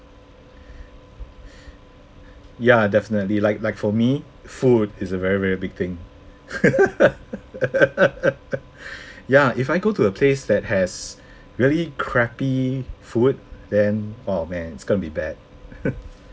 ya definitely like like for me food is a very very big thing ya if I go to a place that has really crappy food then oh man it's gonna be bad